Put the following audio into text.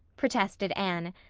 protested anne.